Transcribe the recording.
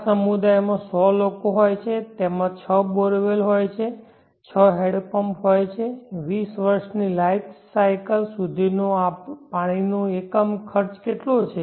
એક સમુદાયમાં 100 લોકો હોય છે તેમાં 6 બોરવેલ હોય છે 6 હેન્ડપંપ હોય છે 20 વર્ષ ની લાઈફ સાયકલ સુધી પાણીનો એકમ ખર્ચ કેટલો છે